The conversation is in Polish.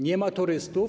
Nie ma turystów.